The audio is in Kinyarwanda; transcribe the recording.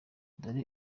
dore